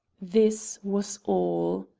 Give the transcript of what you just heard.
this was all.